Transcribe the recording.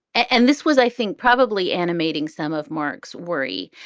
and this was, i think, probably animating some of mark's worry.